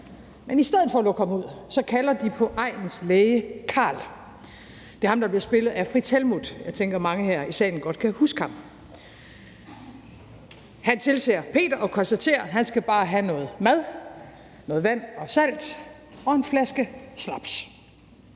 Men i stedet for at lukke ham ud kalder de på egnens læge, Carl. Det er ham, der bliver spillet af Frits Helmuth; jeg tænker, at mange her i salen godt kan huske ham. Han tilser Peter og konstaterer, at han bare skal have noget mad, noget vand og salt og en flaske snaps.